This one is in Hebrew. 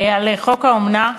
על חוק האומנה.